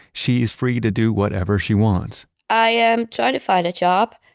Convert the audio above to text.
she is free to do whatever she wants i am trying to find a job.